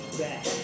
back